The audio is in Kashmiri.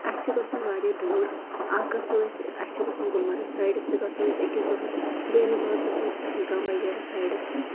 اَسہِ چھُ گژھُن واریاہ دوٗر اکھ گژھو أسۍ اَسہِ چھُ گژھُن گُلمِرٕگ سایڈس تہِ گژھو أسۍ أکِس دۄہَس دوٚیِمس دۄہس گژھو أسۍ پہلگام وغیرہ سایڈَس تہٕ